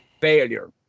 Failure